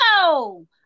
no